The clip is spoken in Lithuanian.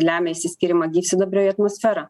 lemia išsiskyrimą gyvsidabrio į atmosferą